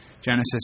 Genesis